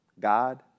God